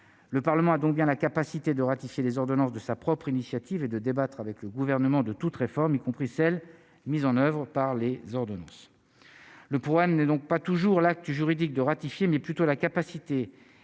le Parlement a donc bien la capacité de ratifier les ordonnances de sa propre initiative et de débattre avec le gouvernement de toute réforme, y compris celles mises en Oeuvres par les ordonnances, le problème n'est donc pas toujours l'acte juridique de ratifier mais plutôt la capacité